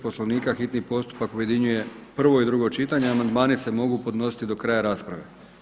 Poslovnika hitni postupak objedinjuje prvo i drugo čitanje a amandmani se mogu podnositi do kraja rasprave.